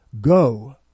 Go